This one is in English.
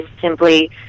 simply